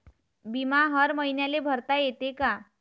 बिमा हर मईन्याले भरता येते का?